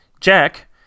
Jack